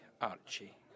Archie